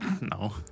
No